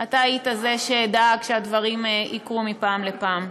אתה הוא שדאג שהדברים יקרו מפעם לפעם,